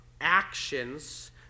actions